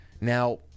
Now